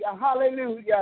hallelujah